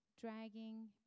dragging